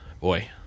boy